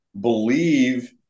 Believe